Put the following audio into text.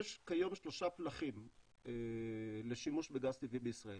יש כיום שלושה פלחים לשימוש בגז טבעי בישראל.